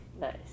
Nice